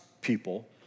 people